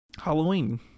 Halloween